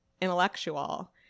intellectual